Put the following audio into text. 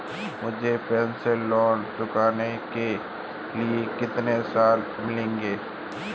मुझे personal loan चुकाने के लिए कितने साल मिलेंगे?